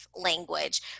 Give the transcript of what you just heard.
language